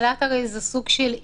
אילת היא סוג של אי,